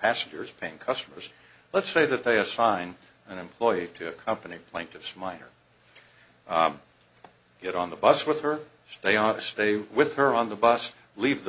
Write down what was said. passengers paying customers let's say that they assign an employee to a company plaintiff's minor get on the bus with her stay off stay with her on the bus leave the